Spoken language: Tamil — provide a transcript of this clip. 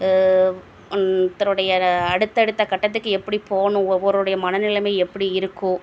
ஒருத்தருடைய அடுத்தடுத்த கட்டத்துக்கு எப்படி போகணும் ஒவ்வொருடைய மன நிலைமை எப்படி இருக்கும்